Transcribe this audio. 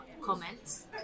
comments